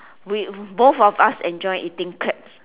we both of us enjoy eating crabs